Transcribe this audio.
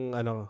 ano